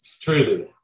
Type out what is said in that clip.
truly